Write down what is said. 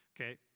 okay